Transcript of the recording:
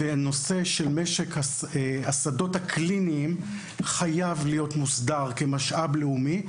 נושא משק השדות הקליניים חייב להיות מוסדר כמשאב לאומי.